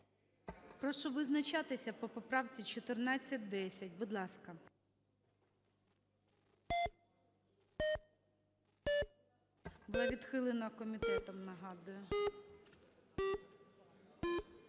Прошу визначатися по поправці 1410, будь ласка. Була відхилена комітетом, нагадую.